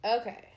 Okay